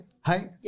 hi